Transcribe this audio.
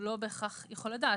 הוא לא בהכרח יכול לדעת.